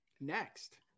next